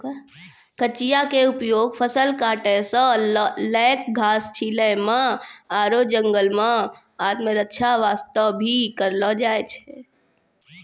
कचिया के उपयोग फसल काटै सॅ लैक घास छीलै म आरो जंगल मॅ आत्मरक्षा वास्तॅ भी करलो जाय छै